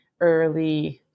early